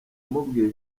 amubwiye